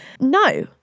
No